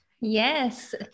yes